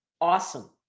awesome